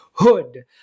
Hood